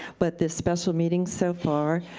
but the special meeting so far,